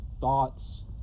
thoughts